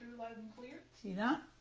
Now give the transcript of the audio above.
clear, see that,